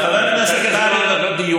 חברי הכנסת, זה לא דיון.